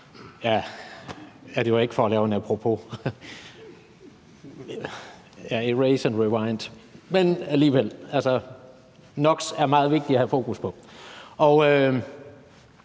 – det var ikke for at lave en, apropos, erase and rewind, men alligevel. Det er meget vigtigt at have fokus på